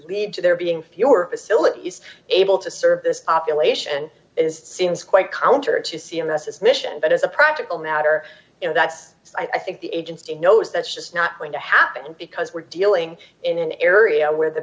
lead to there being fewer facilities able to serve this operation is seems quite counter to c m s its mission but as a practical matter you know that's i think the agency knows that's just not going to happen because we're dealing in an area where the